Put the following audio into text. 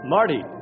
Marty